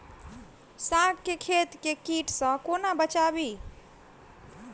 साग केँ खेत केँ कीट सऽ कोना बचाबी?